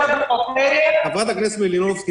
חברת הכנסת מלינובסקי,